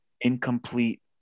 incomplete